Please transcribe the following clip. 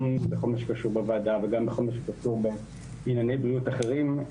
גם בכל מה שקשור בוועדה וגם בכל מה שקשור בענייני בריאות אחרים,